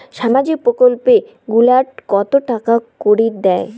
সামাজিক প্রকল্প গুলাট কত টাকা করি দেয়?